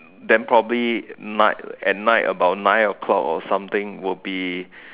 then probably night at night about nine o-clock or something would be